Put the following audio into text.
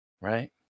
right